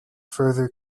further